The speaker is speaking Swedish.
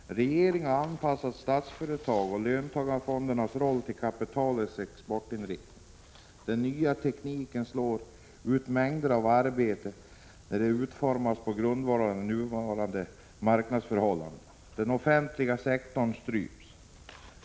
Regeringen har anpassat Statsföretag och löntagarfondernas roll till kapitalets exportinriktning. Den nya tekniken slår ut mängder av arbeten, när den utformas på 53 grundval av nuvarande marknadsförhållanden. Den offentliga sektorn stryps.